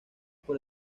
por